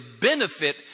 benefit